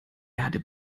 erde